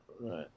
Right